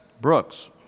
Brooks